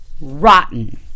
rotten